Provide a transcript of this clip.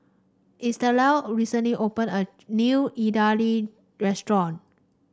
Estella recently opened a new Idili restaurant